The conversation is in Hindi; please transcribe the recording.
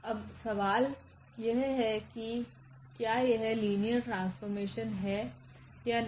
अब सवाल यह है कि क्या यह लिनियर ट्रांसफॉर्मेशन है या नहीं